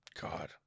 god